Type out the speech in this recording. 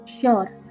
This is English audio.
Sure